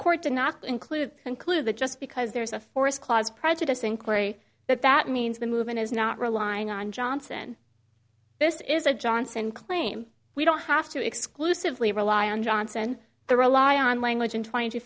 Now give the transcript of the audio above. court did not include conclude that just because there's a forest clause prejudice inquiry that that means the movement is not relying on johnson this is a johnson claim we don't have to exclusively rely on johnson the rely on language and t